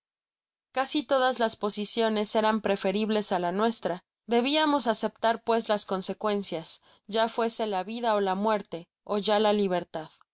casi todas las posiciones eran preferibles á la nuestra debiamos aceptar pues las consecuencias ya fuese la vida ó la muerte ó ya la libertad